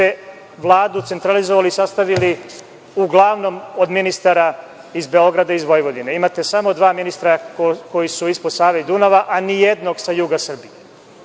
Vladu centralizovali i sastavili uglavnom od ministara iz Beograda i Vojvodine. Imate samo dva ministra koji su ispod Save i Dunava, a nijednog sa juga Srbije.